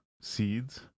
seeds